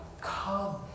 come